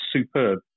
superb